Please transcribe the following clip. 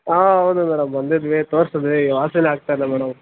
ಹಾಂ ಹೌದು ಮೇಡಮ್ ಬಂದಿದ್ವಿ ತೋರ್ಸಿದ್ವಿ ವಾಸಿಯೇ ಆಗ್ತಾ ಇಲ್ಲ ಮೇಡಮ್